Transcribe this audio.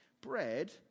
Bread